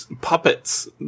puppets